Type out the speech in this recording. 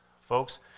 Folks